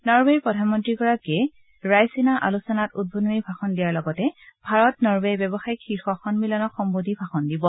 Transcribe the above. নৰৱেৰ প্ৰধানমন্ত্ৰীগৰাকীয়ে ৰায়ছিনা আলোচনাত উদ্বোধনী ভাষণ দিয়াৰ লগতে ভাৰত নৰৱে ব্যৱসায়িক শীৰ্ষ সন্মিলনক সম্বোধি ভাষণ দিব